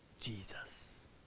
Jesus